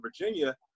Virginia